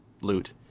loot